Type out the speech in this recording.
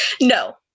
no